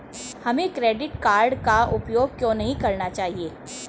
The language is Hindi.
हमें क्रेडिट कार्ड का उपयोग क्यों नहीं करना चाहिए?